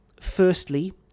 firstly